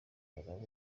bafana